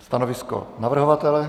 Stanovisko navrhovatele?